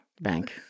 bank